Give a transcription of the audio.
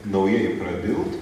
naujai prabilt